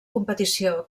competició